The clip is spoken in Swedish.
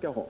föras.